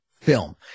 film